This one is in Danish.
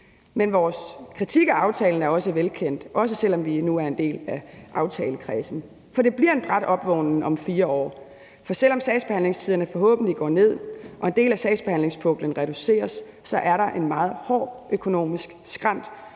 Men vores kritik af aftalen er også velkendt, også selv om vi nu er en del af aftalekredsen, for det bliver en brat opvågning om 4 år. For selv om sagsbehandlingstiderne forhåbentlig går ned og en del af sagsbehandlingspuklen reduceres, er der en meget hård økonomisk skrænt